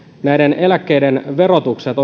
eläkkeiden verotukset